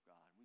God